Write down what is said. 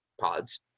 pods